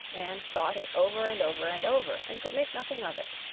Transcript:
and thought it over and over and over, and could make nothing of it.